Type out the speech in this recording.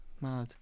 mad